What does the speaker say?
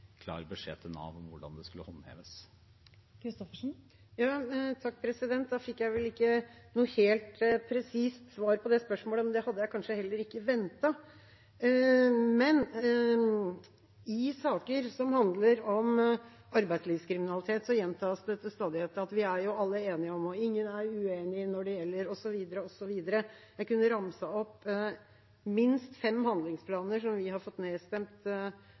klar beskjed til Nav om hvordan det skulle håndheves. Da fikk jeg vel ikke noe helt presist svar på det spørsmålet, men det hadde jeg kanskje heller ikke ventet. I saker som handler om arbeidslivskriminalitet, gjentas det til stadighet at «vi alle er enige om», og at «ingen er uenige når det gjelder» osv. Jeg kunne ramset opp minst fem handlingsplaner som vi har fått nedstemt